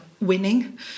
winning